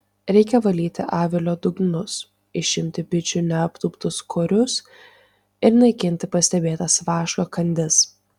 reikia valyti avilio dugnus išimti bičių neaptūptus korius ir naikinti pastebėtas vaško kandis